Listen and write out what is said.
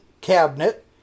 cabinet